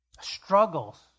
struggles